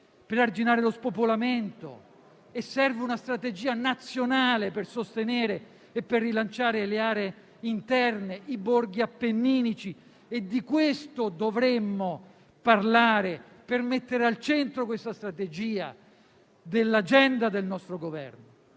per arginare crisi e spopolamento. Serve una strategia nazionale per sostenere e rilanciare le aree interne, i borghi appenninici e di questo dovremmo parlare per mettere al centro dell'agenda del nostro Governo